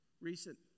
recent